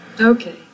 Okay